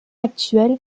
actuelle